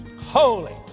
Holy